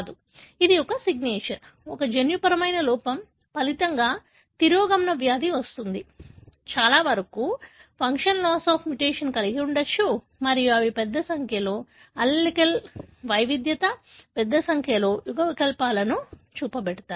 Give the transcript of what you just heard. కాబట్టి ఇది ఒక సిగ్నేచర్ ఒక జన్యుపరమైన లోపం ఫలితంగా తిరోగమన వ్యాధి వస్తుంది చాలావరకు ఫంక్షన్ లాస్ ఆఫ్ మ్యుటేషన్ కలిగి ఉండవచ్చు మరియు అవి పెద్ద సంఖ్యలో అల్లెలిక్ వైవిధ్యత పెద్ద సంఖ్యలో యుగ్మవికల్పాలను చూపుతాయి